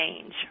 change